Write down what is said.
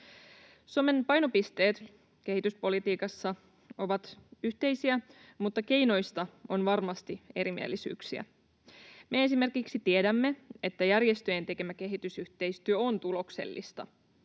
Suomen painopisteet kehityspolitiikassa ovat yhteisiä, mutta keinoista on varmasti erimielisyyksiä. Me esimerkiksi tiedämme, että järjestöjen tekemä kehitysyhteistyö on tuloksellista.